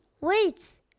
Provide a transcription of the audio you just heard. wait